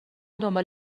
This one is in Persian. دنبال